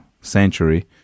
century